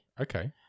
Okay